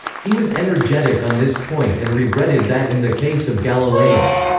he was energetic on this point and regretted that in the case of galileo.